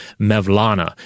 Mevlana